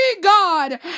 God